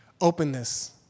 openness